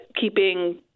keeping